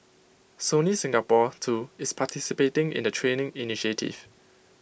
Sony Singapore too is participating in the training initiative